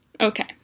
okay